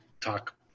talk